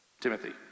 Timothy